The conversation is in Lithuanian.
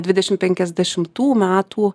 dvidešim penkiasdešimtų metų